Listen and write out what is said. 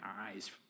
eyes